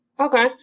Okay